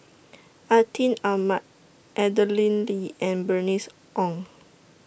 Atin Amat Madeleine Lee and Bernice Ong